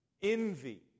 envy